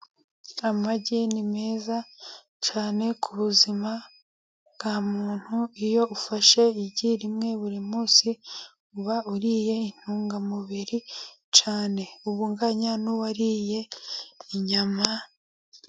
Amagi ni meza cyane ku buzima bwa muntu, iyo ufashe igi rimwe buri munsi, uba uriye intungamubiri cyane uba unganya n'uwariye inyama.